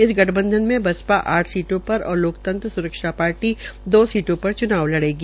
इस गठबंधन में बसपा आठ सीटों पर और लोकतंत्र सुरक्षा पार्टी दो सीटों पर च्नाव लड़ेगी